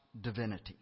divinity